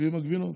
ועם הגבינות.